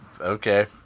okay